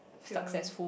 film